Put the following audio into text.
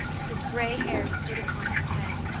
his grey hair stood upon his head,